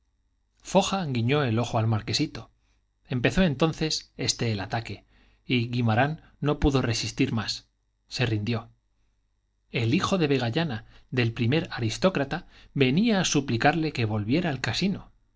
foja guiñó el ojo al marquesito empezó entonces este el ataque y guimarán no pudo resistir más se rindió el hijo de vegallana del primer aristócrata venía a suplicarle que volviera al casino